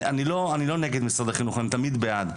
אני לא נגד משרד החינוך, אני תמיד בעד.